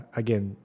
again